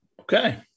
Okay